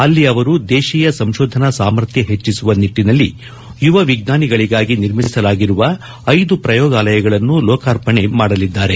ಅಲ್ಲಿ ಅವರು ದೇಶೀಯ ಸಂಶೋಧನಾ ಸಾಮರ್ಥ್ಯ ಹೆಚ್ಚಿಸುವ ನಿಟ್ಟಿನಲ್ಲಿ ಯುವ ವಿಜ್ಞಾನಿಗಳಿಗಾಗಿ ನಿರ್ಮಿಸಲಾಗಿರುವ ಐದು ಪ್ರಯೋಗಾಲಯಗಳನ್ನು ಲೋಕಾರ್ಪಣೆ ಮಾಡಲಿದ್ದಾರೆ